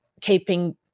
keeping